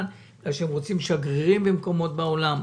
בגלל שהם רוצים שגרירים במקומות בעולם.